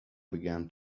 began